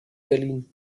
berlin